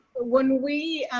when we